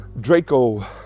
draco